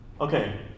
Okay